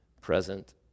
present